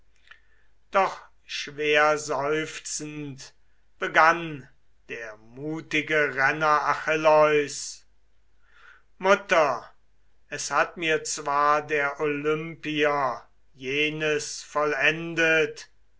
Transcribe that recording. doch schwerseufzend begann der mutige renner achilleus mutter es hat mir zwar der olympier jenes vollendet